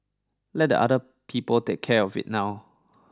let the other people take care of it now